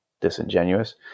disingenuous